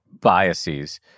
biases